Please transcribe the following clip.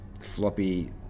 floppy